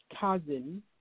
cousin